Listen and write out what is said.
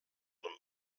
him